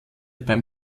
beim